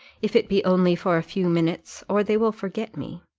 if it be only for a few minutes, or they will forget me.